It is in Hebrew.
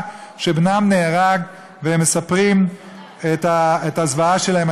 שבנם נהרג והם מספרים על הזוועה שלהם.